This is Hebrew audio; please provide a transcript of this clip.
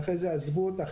ואחרי זה עזבו אותה.